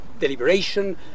deliberation